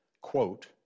quote